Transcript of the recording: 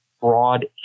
broad